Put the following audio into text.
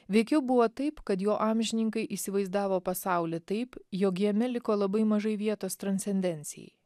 veikiau buvo taip kad jo amžininkai įsivaizdavo pasaulį taip jog jame liko labai mažai vietos transcendencijai